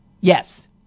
Yes